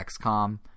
XCOM